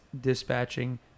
dispatching